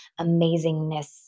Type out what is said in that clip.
amazingness